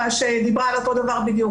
שדיברה על אותו דבר בדיוק.